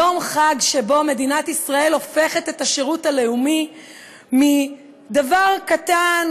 יום חג שבו מדינת ישראל הופכת את השירות הלאומי מדבר קטן,